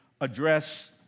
address